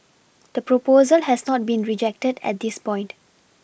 the proposal has not been rejected at this point